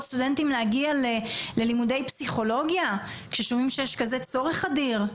סטודנטים להגיע ללימודי פסיכולוגיה כששומעים שיש כזה צורך אדיר?